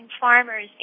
farmers